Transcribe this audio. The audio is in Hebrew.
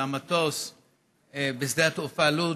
של המטוס בשדה התעופה לוד,